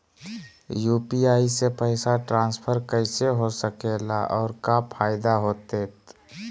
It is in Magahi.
यू.पी.आई से पैसा ट्रांसफर कैसे हो सके ला और का फायदा होएत?